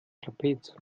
trapez